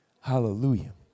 Hallelujah